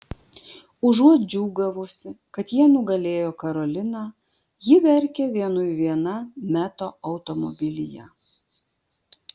užuot džiūgavusi kad jie nugalėjo karoliną ji verkia vienui viena meto automobilyje